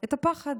את הפחד.